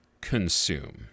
consume